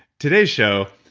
today's show,